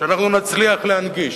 שאנחנו נצליח להנגיש,